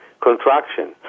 contraction